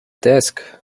desk